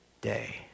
day